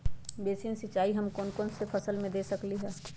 Basin सिंचाई हम कौन कौन फसल में दे सकली हां?